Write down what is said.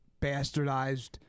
bastardized